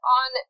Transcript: on